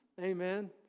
Amen